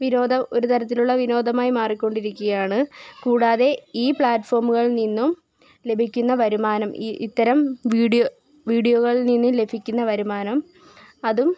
വിനോദം ഒരു തരത്തിലുള്ള വിനോദമായി മാറി കൊണ്ടിരിക്കുകയാണ് കൂടാതെ ഈ പ്ലാറ്റ്ഫോമുകളിൽ നിന്നും ലഭിക്കുന്ന വരുമാനം ഇത്തരം വീഡിയോ വീഡിയോകളിൽ നിന്നും ലഭിക്കുന്ന വരുമാനം അതും